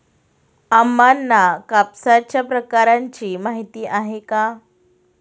अम्मांना कापसाच्या प्रकारांची माहिती आहे